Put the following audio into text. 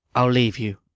i ll leave you.